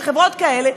שחברות כאלה,